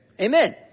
Amen